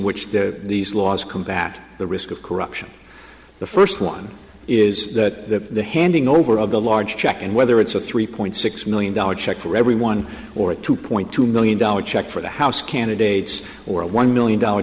which the these laws compact the risk of corruption the first one is that handing over of the large check and whether it's a three point six million dollars check for every one or two point two million dollars check for the house candidates or a one million dollar